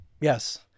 Yes